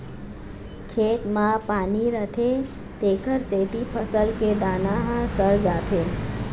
खेत म पानी रहिथे तेखर सेती फसल के दाना ह सर जाथे